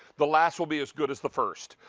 the last will be as good as the first.